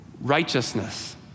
Righteousness